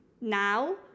Now